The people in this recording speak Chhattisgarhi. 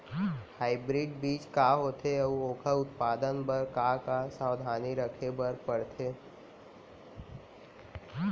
हाइब्रिड बीज का होथे अऊ ओखर उत्पादन बर का का सावधानी रखे बर परथे?